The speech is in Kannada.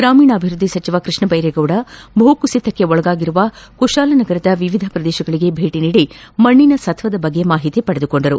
ಗ್ರಾಮೀಣಾಭಿವೃದ್ಧಿ ಸಚಿವ ಕೃಷ್ಣ ಭೈರೇಗೌಡ ಭೂ ಕುಸಿತಕ್ಕೆ ಒಳಗಾಗಿರುವ ಕುಶಾಲನಗರದ ವಿವಿಧ ಪ್ರದೇಶಗಳಿಗೆ ಭೇಟ ನೀಡಿ ಮಣ್ಣಿನ ಸತ್ವದ ಬಗ್ಗೆ ಮಾಹಿತಿ ಪಡೆದುಕೊಂಡರು